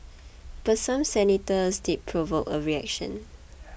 but some senators did provoke a reaction